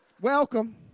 Welcome